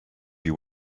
you